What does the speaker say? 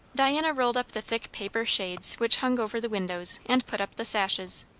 diana rolled up the thick paper shades which hung over the windows, and put up the sashes.